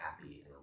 happy